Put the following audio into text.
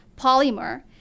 polymer